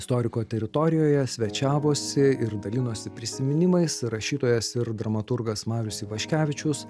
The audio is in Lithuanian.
istoriko teritorijoje svečiavosi ir dalinosi prisiminimais rašytojas ir dramaturgas marius ivaškevičius